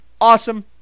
Awesome